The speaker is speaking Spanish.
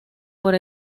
por